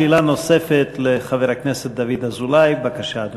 שאלה נוספת לחבר הכנסת דוד אזולאי, בבקשה, אדוני.